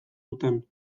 zuten